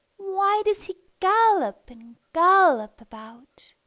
why does he gallop and gallop about?